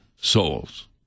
souls